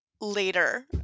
later